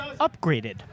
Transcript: upgraded